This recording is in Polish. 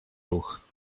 ruch